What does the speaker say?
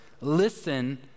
Listen